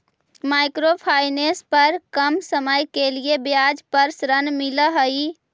micro finance पर कम समय के लिए ब्याज पर ऋण मिलऽ हई